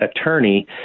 attorney